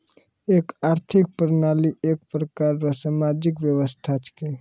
एक आर्थिक प्रणाली एक प्रकार रो सामाजिक व्यवस्था छिकै